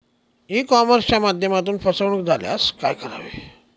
E कॉमर्सच्या माध्यमातून फसवणूक झाल्यास काय करावे?